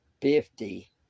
fifty